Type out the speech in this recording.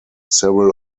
several